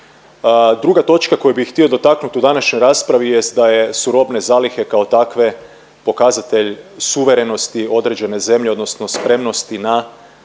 Druga točka koju bih htio dotaknut u današnjoj raspravi jest da su robne zalihe kao takve pokazatelj suverenosti određene zemlje odnosno spremnosti na